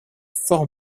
fort